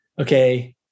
okay